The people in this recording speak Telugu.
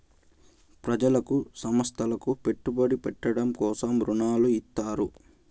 ప్రజలకు సంస్థలకు పెట్టుబడి పెట్టడం కోసం రుణాలు ఇత్తారు